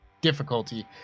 difficulty